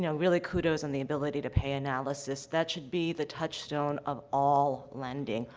you know really, kudos on the ability-to-pay analysis. that should be the touchstone of all lending.